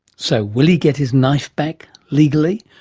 so will he get his knife back, legally?